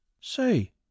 Say